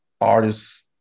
artists